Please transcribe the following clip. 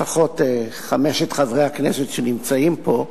לפחות חמשת חברי הכנסת שנמצאים פה,